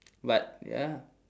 but ya